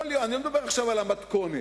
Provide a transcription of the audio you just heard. אני לא מדבר עכשיו על המתכונת.